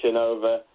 over